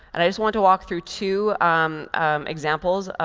and i just wanted to walk through two examples,